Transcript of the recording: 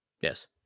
yes